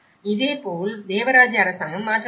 இதேபோல் தேவராஜ்ய அரசாங்கம் மாற்றப்பட்டுள்ளது